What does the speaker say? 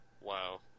Wow